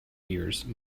years